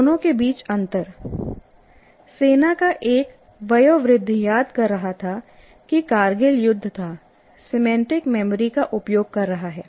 दोनों के बीच अंतर सेना का एक वयोवृद्ध याद कर रहा था कि कारगिल युद्ध था सिमेंटिक मेमोरी का उपयोग कर रहा है